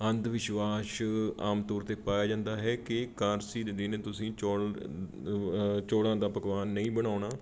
ਅੰਧ ਵਿਸ਼ਵਾਸ ਆਮ ਤੌਰ 'ਤੇ ਪਾਇਆ ਜਾਂਦਾ ਹੈ ਕਿ ਕਾਰਸੀ ਦੇ ਦਿਨ ਤੁਸੀਂ ਚੋਲ ਚੋਲਾਂ ਦਾ ਪਕਵਾਨ ਨਹੀਂ ਬਣਾਉਣਾ